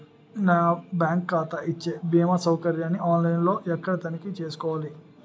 నా బ్యాంకు ఖాతా ఇచ్చే భీమా సౌకర్యాన్ని ఆన్ లైన్ లో ఎక్కడ తనిఖీ చేసుకోవాలి?